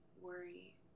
worry